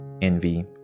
envy